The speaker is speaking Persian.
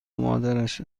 مادرش